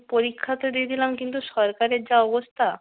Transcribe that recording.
পরীক্ষা তো দিয়েছিলাম কিন্তু সরকারের যা অবস্থা